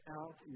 out